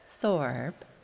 Thorpe